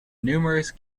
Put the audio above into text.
numerous